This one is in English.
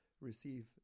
receive